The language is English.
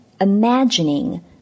imagining